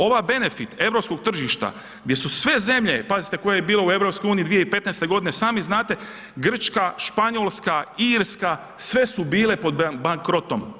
Ova benefit europskog tržišta gdje su sve zemlje, pazite koje je bilo u EU 2015. godine, sami znate Grčka, Španjolska, Irska, sve su bile pod bankrotom.